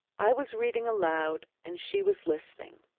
i was reading aloud, and she was listening.